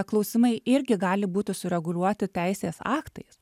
klausimai irgi gali būti sureguliuoti teisės aktais